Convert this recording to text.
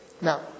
Now